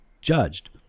judged